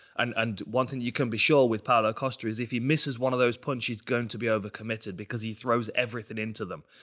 and and one thing you can be sure with paulo costa, is if he misses one of those punches, he's going to be overcommitted, because he throws everything into them.